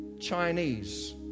Chinese